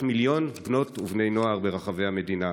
מיליון בנות ובני נוער ברחבי המדינה.